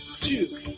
two